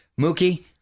Mookie